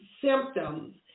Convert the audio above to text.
symptoms